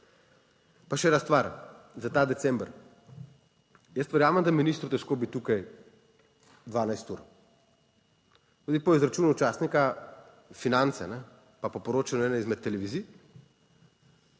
Pa še ena stvar za ta december. Jaz verjamem, da je ministru težko biti tukaj 12 ur. Tudi po izračunu časnika Finance, pa po poročanju ene izmed televizij,